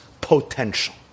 potential